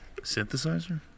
Synthesizer